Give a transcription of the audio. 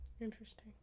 interesting